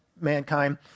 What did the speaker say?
mankind